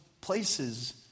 places